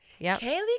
Kaylee